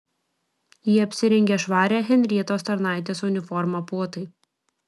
ji apsirengė švarią henrietos tarnaitės uniformą puotai